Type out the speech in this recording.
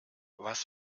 was